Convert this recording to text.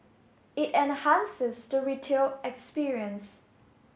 it enhances the retail experience